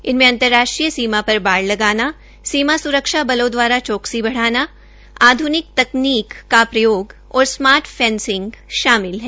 इनमें अंतर्राष्ट्रीय सीमा पर बाड़ लगाना सीमा स्रक्षा बलों द्वारा चौक्सी बढ़ाना आध्निक तकनकी का प्रयोग और स्मार्ट फेंसिंग शामिल है